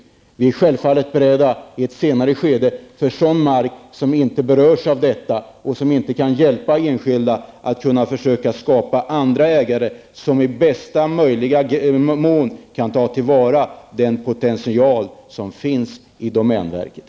I ett senare skede är vi självfallet beredda när det gäller sådan mark som inte berörs av detta och som inte kan hjälpa enskilda, att försöka skapa andra ägare som i bästa möjliga mån kan ta till vara den potential som finns i domänverket.